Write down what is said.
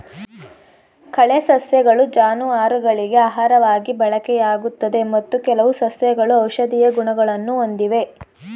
ಕಳೆ ಸಸ್ಯಗಳು ಜಾನುವಾರುಗಳಿಗೆ ಆಹಾರವಾಗಿ ಬಳಕೆಯಾಗುತ್ತದೆ ಮತ್ತು ಕೆಲವು ಸಸ್ಯಗಳು ಔಷಧೀಯ ಗುಣಗಳನ್ನು ಹೊಂದಿವೆ